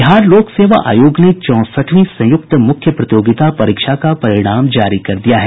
बिहार लोक सेवा आयोग ने चौंसठवीं संयुक्त मुख्य प्रतियोगिता परीक्षा का परिणाम जारी कर दिया है